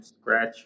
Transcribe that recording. scratch